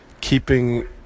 keeping